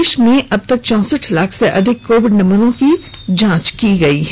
प्रदेश में अबतक चौसठ लाख से अधिक कोविड नमूनों की जांच की गई है